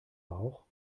bauch